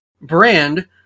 brand